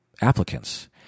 applicants